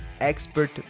Expert